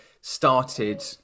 started